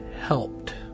helped